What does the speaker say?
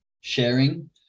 sharing